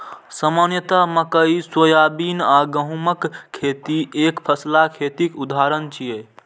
सामान्यतः मकइ, सोयाबीन आ गहूमक खेती एकफसला खेतीक उदाहरण छियै